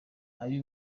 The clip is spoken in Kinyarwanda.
ab’i